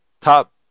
Top